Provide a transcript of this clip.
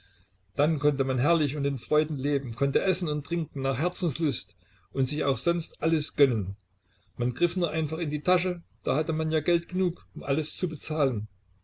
dann konnte man herrlich und in freuden leben konnte essen und trinken nach herzenslust und sich auch sonst alles gönnen man griff nur einfach in die tasche da hatte man ja geld genug um alles zu bezahlen